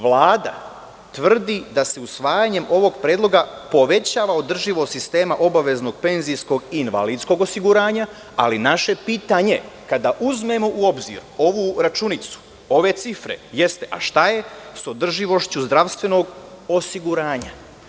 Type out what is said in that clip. Vlada tvrdi da se usvajanjem ovog predloga povećava održivost sistema obaveznog penzijskog i invalidskog osiguranja, ali naše pitanje, kada uzmemo u obzir ovu računicu, ove cifre, jeste – šta je sa održivošću zdravstvenog osiguranja?